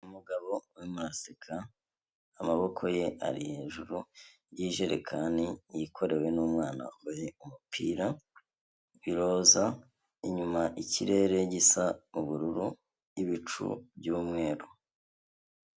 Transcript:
Umugabo urimo araseka, amaboko ye ari hejuru y’ijerekani yikorewe n’umwana wambaye umupira w’iroza. Inyuma ikirere gisa ubururu, ibicu by’umweru.